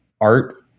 art